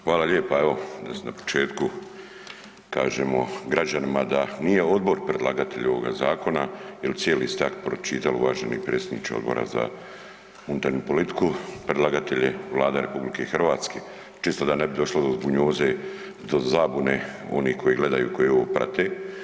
Hvala lijepa, evo da na početku kažemo građanima da nije odbor predlagatelj ovoga zakona jel cijeli ste akt pročitali uvaženi predsjedniče odbora za unutarnju politiku, predlagatelj je Vlada RH, čisto da ne bi došlo do zbunjoze, do zabune onih koji gledaju, koji ovo prate.